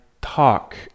talk